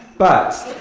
but,